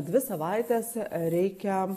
dvi savaites reikia